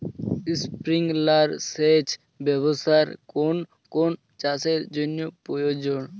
Sprinkler সেচ ব্যবস্থার কোন কোন চাষের জন্য প্রযোজ্য?